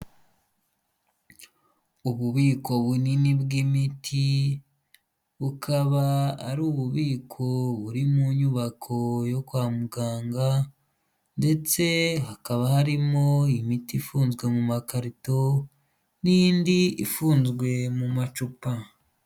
Ububiko bunini bw'imiti bukaba ari ububiko buri mu nyubako yo kwa muganga ndetse hakaba harimo imiti ifunzwe mu makarito n'indi ifunzwe mu macupa.